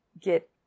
get